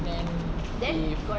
then he